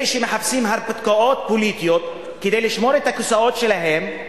אלה שמחפשים הרפתקאות פוליטיות כדי לשמור את הכיסאות שלהם,